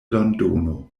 londono